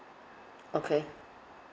okay